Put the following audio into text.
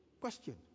Question